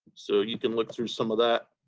so you can look through some of that.